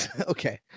okay